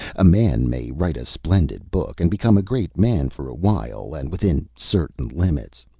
a man may write a splendid book, and become a great man for a while and within certain limits,